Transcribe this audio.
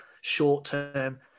short-term